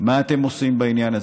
מה אתם עושים בעניין הזה.